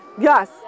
Yes